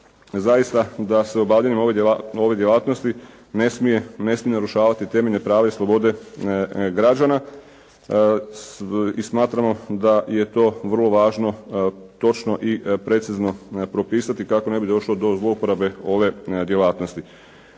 zaista da se u obavljanju ove djelatnosti ne smije narušavati temeljne prava i slobode građana i smatramo da je to vrlo važno točno i precizno propisati kako ne bi došlo do zlouporabe ove djelatnosti.